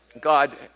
God